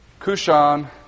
Kushan